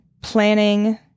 planning